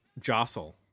jostle